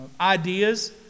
ideas